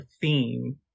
theme